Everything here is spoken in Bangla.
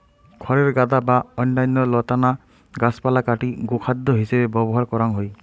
খড়ের গাদা বা অইন্যান্য লতানা গাছপালা কাটি গোখাদ্য হিছেবে ব্যবহার করাং হই